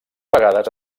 vegades